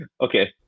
okay